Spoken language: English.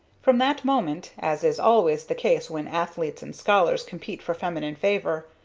from that moment, as is always the case when athletes and scholars compete for feminine favor,